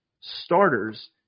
starters